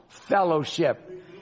Fellowship